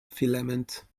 filament